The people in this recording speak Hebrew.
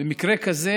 במקרה כזה